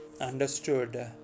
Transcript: understood